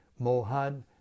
mohad